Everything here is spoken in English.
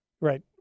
right